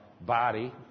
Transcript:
body